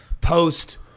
post